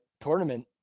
tournament